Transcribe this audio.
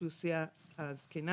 מאוכלוסיית מיעוטי היכולת כלכלית הזקנה,